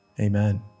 Amen